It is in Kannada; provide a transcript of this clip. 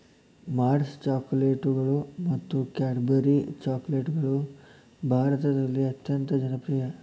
ಮಾರ್ಸ್ ಚಾಕೊಲೇಟ್ಗಳು ಮತ್ತು ಕ್ಯಾಡ್ಬರಿ ಚಾಕೊಲೇಟ್ಗಳು ಭಾರತದಲ್ಲಿ ಅತ್ಯಂತ ಜನಪ್ರಿಯ